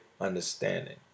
understanding